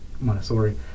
Montessori